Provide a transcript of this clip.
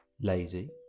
Lazy